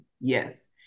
Yes